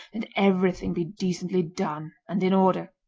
and everything be decently done and in order